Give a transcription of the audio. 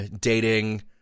dating